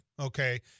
okay